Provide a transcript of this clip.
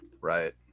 Right